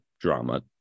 drama